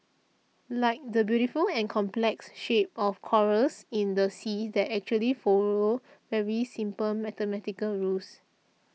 like the beautiful and complex shapes of corals in the sea that actually follow very simple mathematical rules